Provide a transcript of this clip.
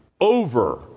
over